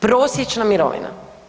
Prosječna mirovina.